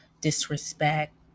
disrespect